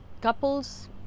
couples